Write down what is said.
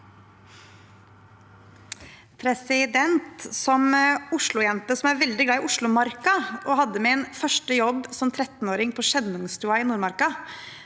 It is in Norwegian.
Som Oslo-jente som er veldig glad i Oslomarka, og som hadde sin første jobb som 13-åring på Skjennungstua i Nordmarka,